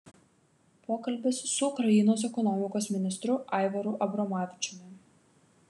pokalbis su ukrainos ekonomikos ministru aivaru abromavičiumi